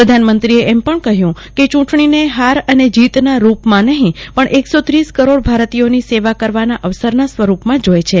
પ્રધાનમંત્રીએ એમ પણ કહ્યું કે ચૂંટણીને હાર અને જીતના રૂપમાં નહીં પણ એકસો ત્રીસ કરોડ ભારતીયોની સેવા કરવાના અવસરના સ્વરૂપમાં જોય છે